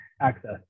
access